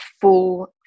full